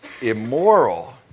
immoral